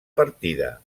partida